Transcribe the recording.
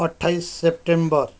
अठाइस सेप्टेम्बर